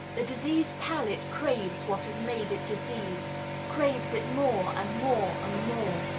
the diseased palate craves what has made it diseased craves it more, and more more.